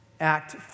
Act